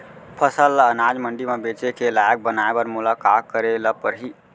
फसल ल अनाज मंडी म बेचे के लायक बनाय बर मोला का करे ल परही?